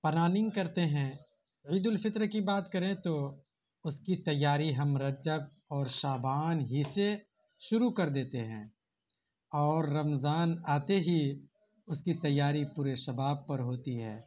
planning کرتے ہیں عید الفطر کی بات کریں تو اس کی تیاری ہم رجب اور شعبان ہی سے شروع کر دیتے ہیں اور رمضان آتے ہی اس کی تیاری پورے شباب پر ہوتی ہے